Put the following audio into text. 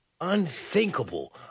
unthinkable